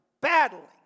battling